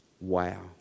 Wow